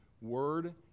word